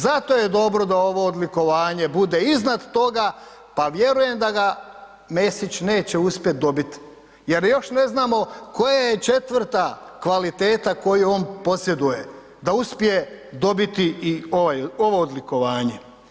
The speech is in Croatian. Zato je dobro da ovo odlikovanje bude iznad toga pa vjerujem da ga Mesić neće uspjet dobit jer još ne znamo koja je četvrta kvaliteta koju on posjeduje, da uspije dobiti i ovaj, ovo odlikovanje.